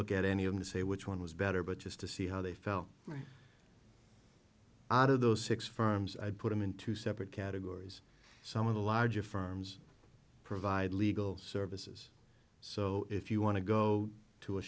look at any of the say which one was better but just to see how they fell out of those six firms i'd put them in two separate categories some of the larger firms provide legal services so if you want to go to a